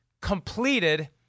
completed